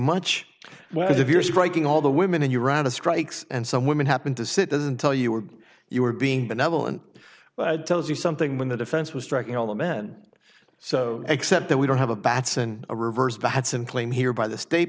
much whereas if you're striking all the women and you're out of strikes and some women happened to sit doesn't tell you were you were being benevolent tells you something when the defense was striking all the men so except that we don't have a batson a reverse batson plane here by the state